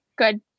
Good